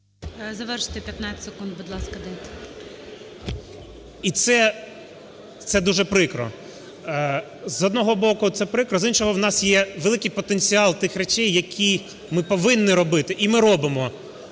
Завершити 15 секунд, будь ласка, дайте. РЯБЧИН О.М. І це, це дуже прикро, з одного боку, це прикро, з іншого, в нас є великий потенціал тих речей, які ми повинні робити, і ми робимо.